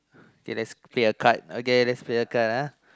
kay let's take your card okay let's take your card ah